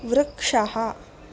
वृक्षः